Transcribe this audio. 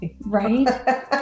right